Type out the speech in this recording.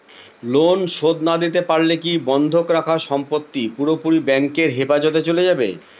Loan শোধ না দিতে পারলে কি বন্ধক রাখা সম্পত্তি পুরোপুরি ব্যাংকের হেফাজতে চলে যাবে?